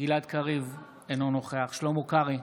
גלעד קריב, אינו נוכח שלמה קרעי,